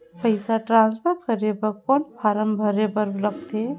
पईसा ट्रांसफर करे बर कौन फारम भरे बर लगथे?